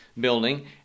building